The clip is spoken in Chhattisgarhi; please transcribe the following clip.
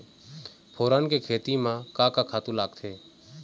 फोरन के खेती म का का खातू लागथे?